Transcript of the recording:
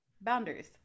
Boundaries